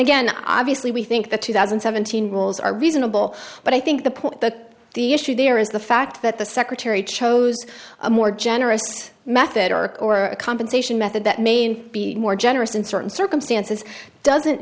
again obviously we think the two thousand and seventeen rules are reasonable but i think the point that the issue there is the fact that the secretary chose a more generous method arc or a compensation method that may be more generous in certain circumstances doesn't